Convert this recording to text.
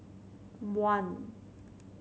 one